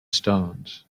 stones